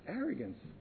arrogance